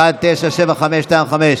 1975/25,